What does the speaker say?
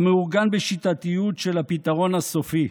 המאורגן בשיטתיות של 'הפתרון הסופי'